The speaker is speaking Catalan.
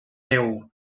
déu